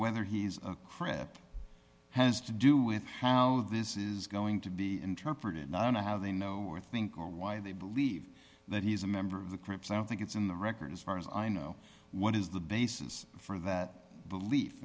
whether he's a crap has to do with how this is going to be interpreted not how they know or think or why they believe that he's a member of the crips i think it's in the record as far as i know what is the basis for that belief